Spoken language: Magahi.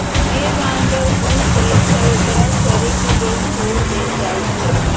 जे जानवर दूध देई छई ओकरा चरे के लेल छोर देल जाई छई